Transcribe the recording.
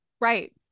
right